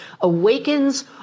awakens